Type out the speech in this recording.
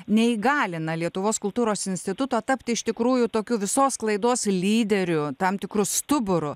neįgalina lietuvos kultūros instituto tapti iš tikrųjų tokiu visos sklaidos lyderiu tam tikru stuburu